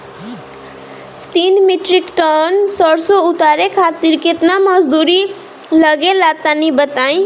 तीन metric ton सरसो उतारे खातिर केतना मजदूरी लगे ला तनि बताई?